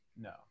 No